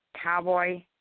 Cowboy